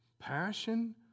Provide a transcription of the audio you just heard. passion